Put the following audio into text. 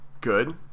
Good